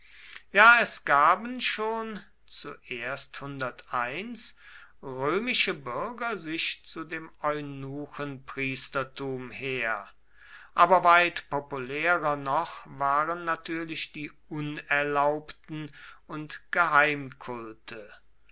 ja es gaben schon römische bürger sich zu dem eunuchenpriestertum her aber weit populärer noch waren natürlich die unerlaubten und